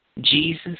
Jesus